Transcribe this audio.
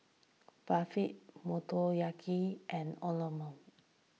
Barfi Motoyaki and